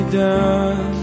done